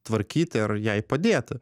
tvarkyti ar jai padėti